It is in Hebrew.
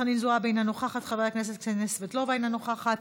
חבר הכנסת סעיד אלחרומי, אינו נוכח,